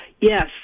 Yes